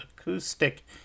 acoustic